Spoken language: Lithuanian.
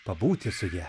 pabūti su ja